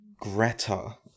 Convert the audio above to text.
Greta